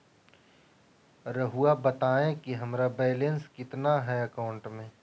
रहुआ बताएं कि हमारा बैलेंस कितना है अकाउंट में?